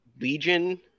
Legion